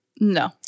No